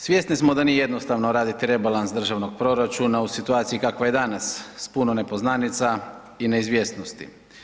Svjesni smo da nije jednostavno raditi rebalans državnog proračuna u situaciji kakva je danas s puno nepoznanica i neizvjesnosti.